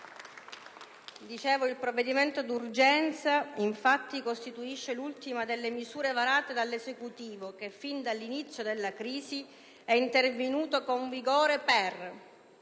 Il provvedimento d'urgenza, infatti, costituisce l'ultima delle misure varate dall'Esecutivo che, fin dall'inizio della crisi, è intervenuto con vigore per